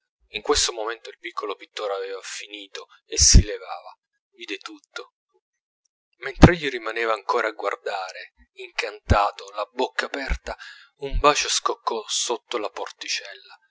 in questo momento il piccolo pittore aveva finito e si levava vide tutto mentr'egli rimaneva ancora a guardare incantato la bocca aperta un bacio scoccò sotto la porticella